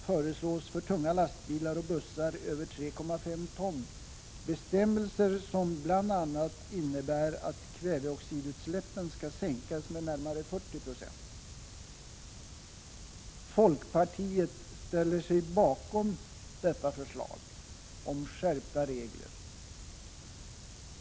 För dieseldrivna lätta lastbilar blir sänkningen knappt hälften så stor. Folkpartiet ställer sig bakom detta förslag om skärpta regler.